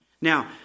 Now